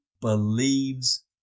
believes